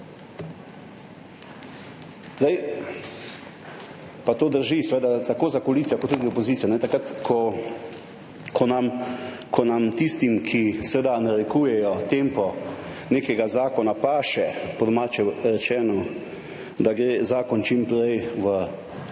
Pa to drži seveda tako za koalicijo kot tudi za opozicijo, takrat, ko tistim, ki nam narekujejo tempo nekega zakona, paše, po domače rečeno, da gre zakon čim prej v